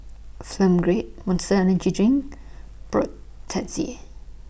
Film Grade Monster Energy Drink